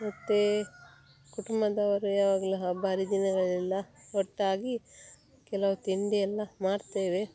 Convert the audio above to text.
ಮತ್ತು ಕುಟುಂಬದವರು ಯಾವಾಗಲೂ ಹಬ್ಬ ಹರಿದಿನಗಳಲೆಲ್ಲ ಒಟ್ಟಾಗಿ ಕೆಲವು ತಿಂಡಿಯೆಲ್ಲ ಮಾಡ್ತೇವೆ